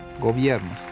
gobiernos